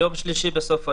יום שלישי, בסוף היום,